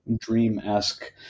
dream-esque